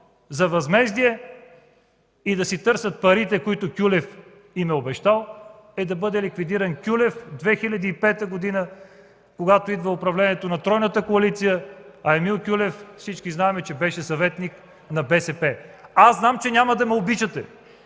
за възмездие (да си търсят парите, които Кюлев им е обещал) е да бъде ликвидиран Кюлев – 2005 г., когато идва управлението на тройната коалиция, а Емил Кюлев, всички знаем, беше съветник на БСП! Аз знам, че няма да ме обичате!